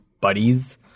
buddies